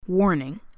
Warning